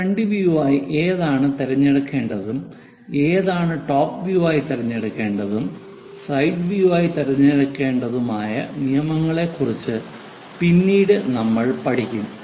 front view ആയി ഏതാണ് തിരഞ്ഞെടുക്കേണ്ടതും ഏതാണ് ടോപ്പ് വ്യൂ ആയി തിരഞ്ഞെടുക്കേണ്ടതും സൈഡ് വ്യൂ ആയി തിരഞ്ഞെടുക്കേണ്ടതുമായ നിയമങ്ങളെക്കുറിച്ച് പിന്നീട് നമ്മൾ പഠിക്കും